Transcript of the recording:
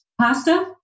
pasta